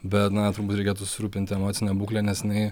bet na turbūt reikėtų susirūpinti emocine būkle nes jinai